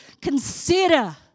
Consider